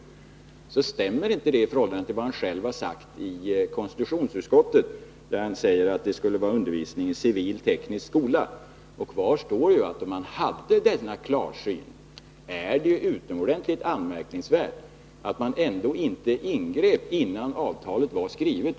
Det stämmer inte i förhållande till vad han själv har sagt i konstitutionsutskottet, där han har anfört att det skulle motsvara undervisningicivil teknisk skola. Kvar står att det är utomordentligt anmärkningsvärt att han — om han hade denna klarsyn — ändå inte ingrep innan avtalet var skrivet.